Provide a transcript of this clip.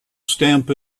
stamp